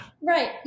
Right